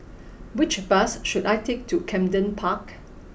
which bus should I take to Camden Park